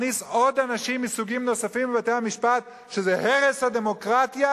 להכניס עוד אנשים מסוגים נוספים לבתי-המשפט שזה הרס הדמוקרטיה?